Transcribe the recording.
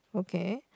okay